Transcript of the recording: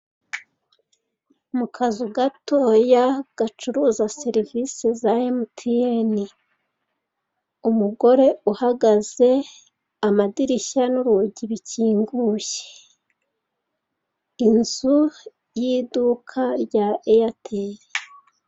Mu kazu gatoya gacuruza serivisi za MTN. Umugore uhagaze, amadirishya n'urugi bikinguye. Inzu yiduka rya Airtel.